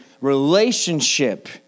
relationship